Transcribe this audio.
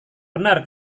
benar